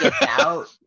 out